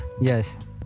Yes